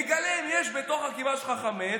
ונגלה אם יש בתוך הקיבה שלך חמץ,